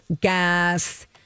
gas